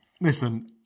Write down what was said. listen